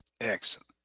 Excellent